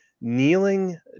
kneeling